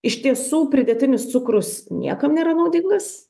iš tiesų pridėtinis cukrus niekam nėra naudingas